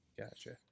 gotcha